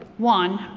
one,